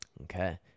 Okay